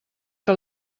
que